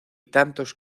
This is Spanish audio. tantos